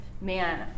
man